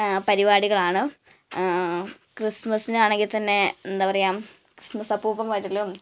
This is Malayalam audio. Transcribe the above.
പരിപാടികളാണ് ക്രിസ്മസിനാണെങ്കിൽ തന്നെ എന്താ പറയുക ക്രിസ്മസ് അപ്പൂപ്പന് വരലും